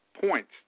points